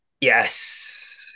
Yes